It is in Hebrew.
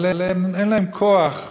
אבל אין להם כוח לאכול,